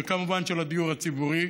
וכמובן הדיור הציבורי,